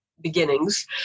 beginnings